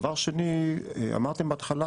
דבר שני אמרתם בהתחלה,